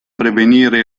prevenire